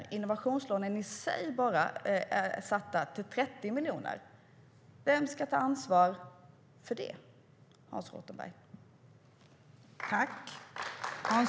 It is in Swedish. Enbart innovationslånen i sig är satta till 30 miljoner. Vem ska ta ansvar för det, Hans Rothenberg?